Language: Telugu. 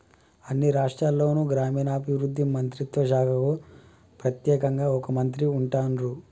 అన్ని రాష్ట్రాల్లోనూ గ్రామీణాభివృద్ధి మంత్రిత్వ శాఖకు ప్రెత్యేకంగా ఒక మంత్రి ఉంటాన్రు